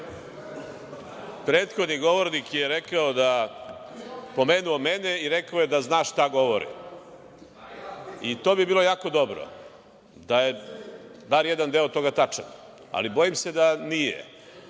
Prethodni govornik je pomenuo mene i rekao je da zna šta govorim. To bi bilo jako dobro da je bar jedan deo toga tačan, ali bojim se da nije. Onaj